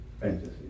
fantasy